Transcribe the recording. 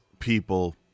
People